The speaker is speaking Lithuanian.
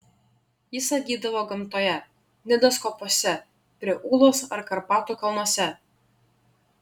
jis atgydavo gamtoje nidos kopose prie ūlos ar karpatų kalnuose